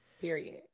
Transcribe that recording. period